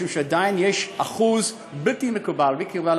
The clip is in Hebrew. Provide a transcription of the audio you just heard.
משום שעדיין יש אחוז בלתי מתקבל על